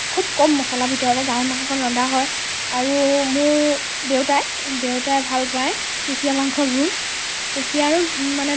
খুব কম মছলাৰ ভিতৰতে গাহৰি মাংসকণ ৰন্ধা হয় আৰু মোৰ দেউতাই দেউতাই ভাল পায় কুছিয়া মাংসৰ জোল কুছিয়াৰ মানে